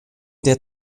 der